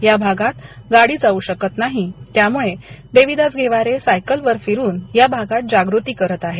या भागात गाडी जाऊ शकत नाही त्यामुळे देविदास घेवारे सायकल वर फिरून या भागात जागृती करत आहेत